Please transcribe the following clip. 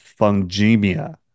fungemia